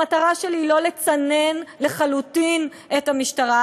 המטרה שלי היא לא לצנן לחלוטין את המשטרה.